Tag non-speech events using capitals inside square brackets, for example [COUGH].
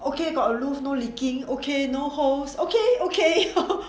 okay got roof not leaking okay no holes okay okay [LAUGHS]